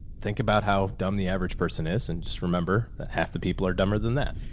think about how dumb the average person is. and just remember that half the people are dumber than that.